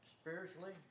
spiritually